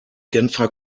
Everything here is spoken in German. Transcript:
genfer